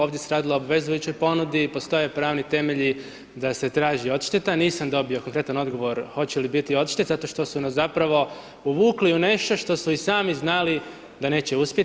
Ovdje se radilo o obvezujućoj ponudi, postoje pravni temelji da se traži odšteta, nisam dobio konkretan odgovor hoće li biti odšteta zato što su nas zapravo uvukli u nešto što su i sami znali da neće uspjeti.